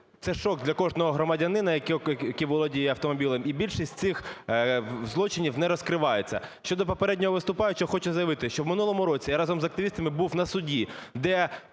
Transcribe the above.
це шок для кожного громадянина, який володіє автомобілем і більшість цих злочинів не розкриваються. Щодо попереднього виступаючого хочу заявити, що в минулому році я разом з активістами був на суді де